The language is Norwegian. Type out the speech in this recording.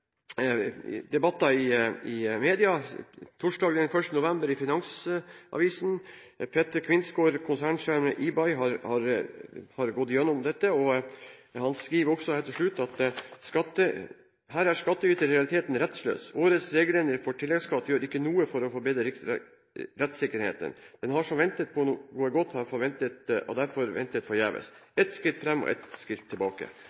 i media. I Finansavisen torsdag den 1. november har konsernsjef i Abax, Petter Quinsgaard, gått igjennom dette. Han skriver til slutt: «Her er skattyter i realiteten rettsløs. Årets regelendring for tilleggsskatt gjør ikke noe for å forbedre rettssikkerheten. Den som ventet på noe godt, har dessverre ventet forgjeves. Ett skritt frem og ett tilbake.»